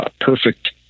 perfect